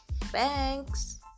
thanks